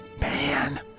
Man